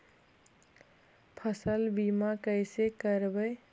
फसल बीमा कैसे करबइ?